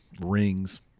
rings